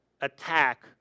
attack